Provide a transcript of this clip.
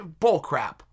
Bullcrap